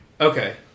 Okay